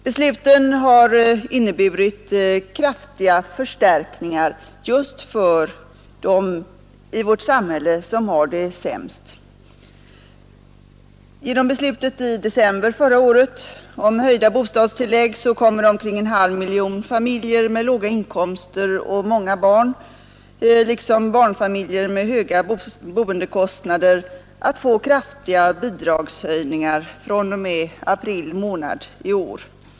Besluten har inneburit kraftiga förstärkningar just för de grupper i vårt samhälle som har det sämst. Genom beslut i december förra året om höjda bostadstillägg kommer omkring en halv miljon familjer med låga inkomster och många barn liksom barnfamiljer med höga boendekostnader att få kraftiga bidragshöjningar fr.o.m. april månad i år.